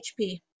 HP